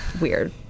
weird